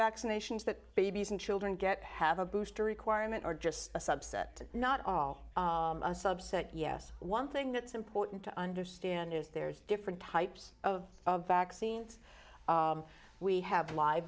vaccinations that babies and children get have a booster requirement are just a subset not all a subset yes one thing that's important to understand is there's different types of vaccines we have live